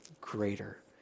greater